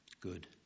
good